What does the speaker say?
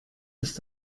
ist